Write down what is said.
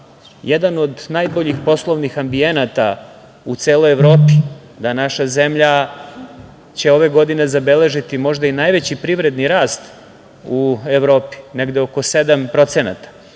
jedna od najboljih poslovnih ambijenata u celoj Evropi, da naša zemlja će ove godine zabeležiti možda i najveći privredni rast u Evropi, negde oko 7%, da